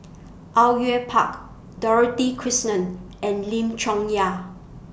Au Yue Pak Dorothy Krishnan and Lim Chong Yah